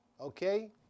Okay